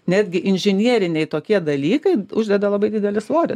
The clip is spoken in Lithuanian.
netgi inžinieriniai tokie dalykai uždeda labai didelį svorį